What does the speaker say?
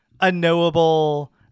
unknowable